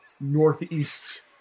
northeast